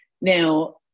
Now